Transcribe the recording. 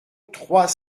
trois